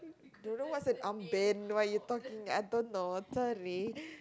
don't know what an armband what you talking I don't know